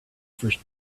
first